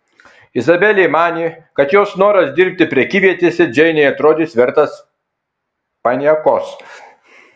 izabelė manė kad jos noras dirbti prekyvietėse džeinei atrodys vertas paniekos